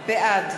בעד